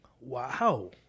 Wow